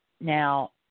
Now